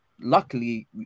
luckily